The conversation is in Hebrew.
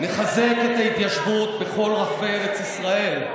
נחזק את ההתיישבות בכל רחבי ארץ ישראל,